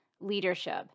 leadership